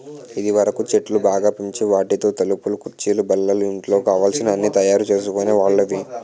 ఇదివరకు చెట్లు బాగా పెంచి వాటితో తలుపులు కుర్చీలు బల్లలు ఇంట్లో కావలసిన అన్నీ తయారు చేసుకునే వాళ్ళమి